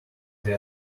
they